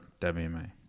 WMA